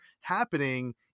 happening